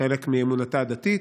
כחלק מאמונתה הדתית.